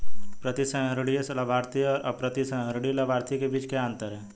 प्रतिसंहरणीय लाभार्थी और अप्रतिसंहरणीय लाभार्थी के बीच क्या अंतर है?